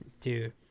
Dude